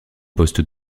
poste